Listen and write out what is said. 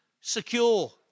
secure